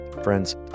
Friends